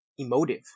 emotive